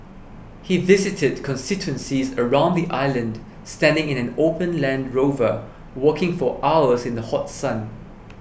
he visited constituencies around the island standing in an open Land Rover walking for hours in the hot sun